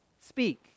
speak